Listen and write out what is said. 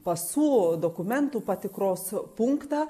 pasų dokumentų patikros punktą